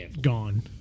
Gone